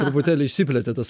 truputėlį išsiplėtė tas